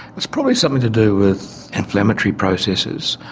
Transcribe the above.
it's probably something to do with inflammatory processes.